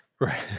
Right